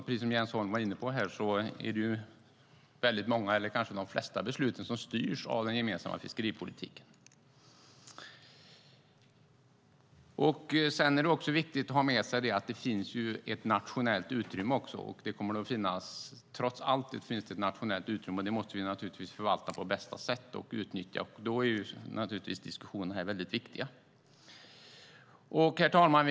Precis som Jens Holm var inne på styrs de flesta besluten av den gemensamma fiskeripolitiken. Det är viktigt att ha med sig att det trots allt kommer att finnas ett nationellt utrymme, och det måste vi naturligtvis förvalta och utnyttja på bästa tänkbara sätt. Då är diskussionerna här viktiga. Herr talman!